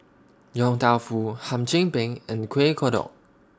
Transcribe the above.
Yong Tau Foo Hum Chim Peng and Kueh Kodok